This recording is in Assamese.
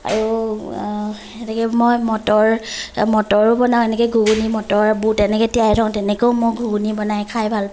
আৰু সেনেকে মই মটৰ মটৰো বনাওঁ এনেকে ঘুগুনী মটৰ বুট এনেকে তিয়াই থওঁ তেনেকেও মই ঘুগুনী বনাই খাই ভালপাওঁ